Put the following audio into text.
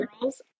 girls